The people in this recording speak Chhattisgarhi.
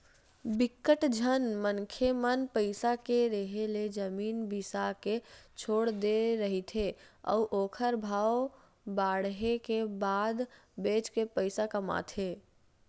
बिकट झन मनखे मन पइसा के रेहे ले जमीन बिसा के छोड़ दे रहिथे अउ ओखर भाव बाड़हे के बाद बेच के पइसा कमाथे